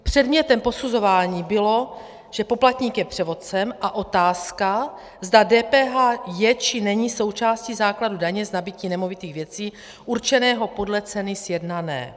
Předmětem posuzování bylo, že poplatník je převodcem, a otázka, zda DPH je či není součástí základu daně z nabytí nemovitých věcí určeného podle ceny sjednané.